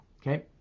Okay